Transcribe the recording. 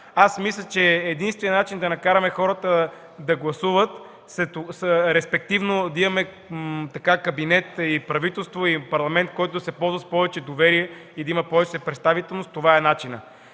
Мисля, че е единственият начин да накараме хората да гласуват, респективно да имаме кабинет, правителство и Парламент, който да се ползва с повече доверие и да има повече представителност. Това е начинът.